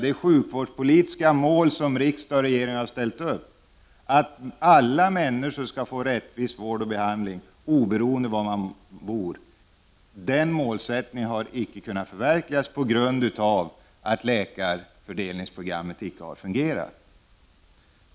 Det sjukvårdspolitiska mål som riksdag och regering har ställt upp, att alla människor skall få rättvis vård och behandling, oberoende av var de bor, har icke kunnat förverkligas på grund av att läkarfördelningsprogrammet icke har fungerat.